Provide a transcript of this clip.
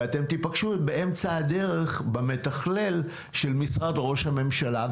ואתן תיפגשו באמצע הדרך במתכלל של משרד ראש הממשלה,